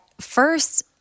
first